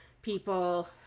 people